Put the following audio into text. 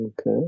okay